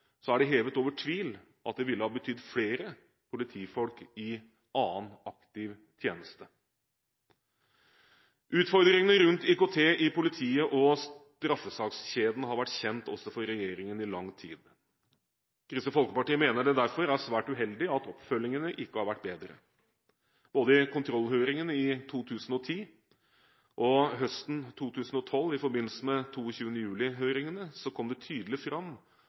er det hevet over tvil at det ville ha betydd flere politifolk i annen aktiv tjeneste. Utfordringene rundt IKT i politiet og straffesakskjeden har vært kjent også for regjeringen i lang tid. Kristelig Folkeparti mener det derfor er svært uheldig at oppfølgingen ikke har vært bedre. Både i kontrollhøringen i 2010 og i forbindelse med 22.-juli-høringene høsten 2012 kom det tydelig fram